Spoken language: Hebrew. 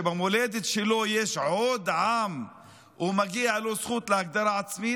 שבמולדת שלו יש עוד עם ומגיעה לו זכות להגדרה עצמית?